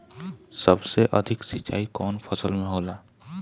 सबसे अधिक सिंचाई कवन फसल में होला?